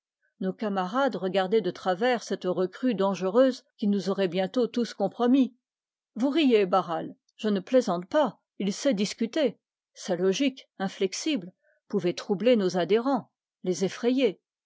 nos camarades regardaient de travers cette recrue dangereuse qui nous aurait bientôt tous compromis il sait discuter sa logique inflexible pouvait troubler nos adhérents